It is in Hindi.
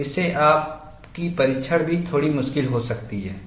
तो इससे आपकी परिक्षण भी थोड़ी मुश्किल हो जाती है